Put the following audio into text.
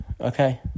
Okay